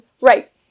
Right